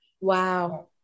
Wow